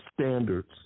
Standards